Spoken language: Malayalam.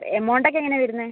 എമൗണ്ട് ഒക്കെ എങ്ങനെയാണ് വരുന്നത്